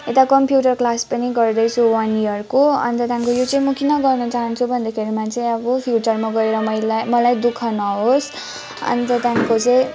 यता computer class पनि गर्दैछु वान इयरको अन्त त्यहाँदेखिको को यो चाहिँ म किन गर्नु चहान्छु भन्दाखेरिमा चाहिँ अब फ्युचरमा गएर मैले मलाई दुख नहोस् अन्त त्यहाँदेखिको को चाहिँ